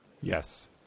Yes